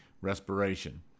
respiration